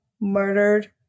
murdered